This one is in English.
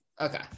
Okay